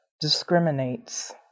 discriminates